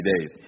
days